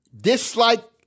dislike